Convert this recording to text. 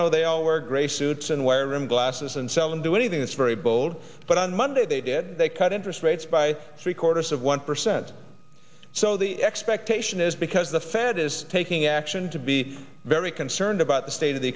know they all were gray suits and wire rimmed glasses and seldom do anything that's very bold but on monday they did they cut interest rates by three quarters of one percent so the expectation is because the it is taking action to be very concerned about the state of the